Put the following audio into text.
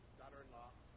daughter-in-law